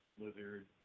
lizard